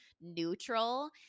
neutral